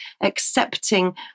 accepting